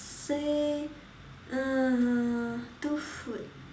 say uh two food